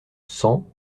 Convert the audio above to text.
cent